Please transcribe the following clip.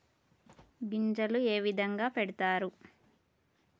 గింజలు ఏ విధంగా పెడతారు?